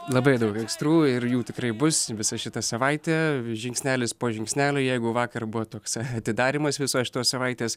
labai daug aistrų ir jų tikrai bus visa šita savaitė žingsnelis po žingsnelio jeigu vakar buvo toks atidarymas visos šitos savaitės